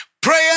Prayer